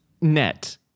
net